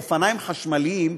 אופניים חשמליים,